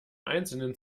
einzelnen